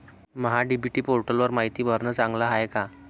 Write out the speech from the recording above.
महा DBT पोर्टलवर मायती भरनं चांगलं हाये का?